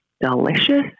delicious